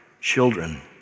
children